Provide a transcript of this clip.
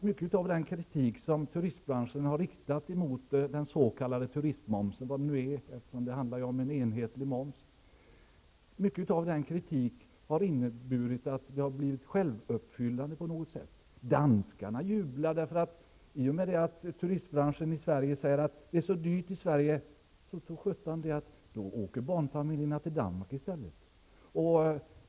Mycket av den kritik som turistbranschen har riktat mot den s.k. turistmomsen -- vad det nu är, vi har ju en enhetlig moms -- har varit självuppfyllande. Danskarna jublar. Turistbranschen i Sverige säger: Det är så dyrt i Sverige. Det tror sjutton att barnfamiljerna åker till Danmark i stället!